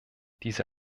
diese